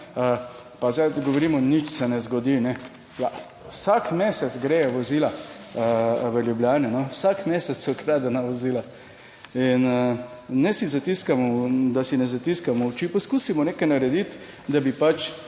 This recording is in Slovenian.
Pa zdaj govorimo, nič se ne zgodi, ne. Ja, vsak mesec gredo vozila v Ljubljano, vsak mesec so ukradena vozila. In ne si zatiskamo, da si ne zatiskamo oči, poskusimo nekaj narediti, da bi pač